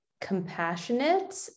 compassionate